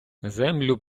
землю